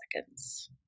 seconds